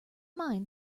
mind